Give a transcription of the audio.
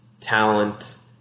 talent